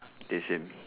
K same